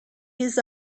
his